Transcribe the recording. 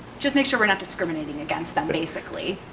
just make sure we're not discriminating against them, basically.